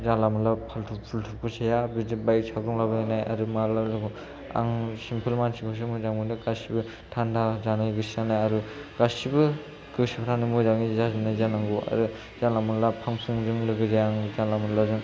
जानला मानला फाल्टु फुल्टुखौ फसाया आरो बिदि बाइक साबग्रालाबायनाय आरो माबा आं सिमफोल मानसिखौसो मोजां मोनो गासैबो थान्दा जानाय गोसो जाना आरो गासैबो गोसोफ्रानो मोजाङै जाजोबनाय जानांगौ आरो जानला मानला फां फुंजों लोगो जाया जानला मानलाजों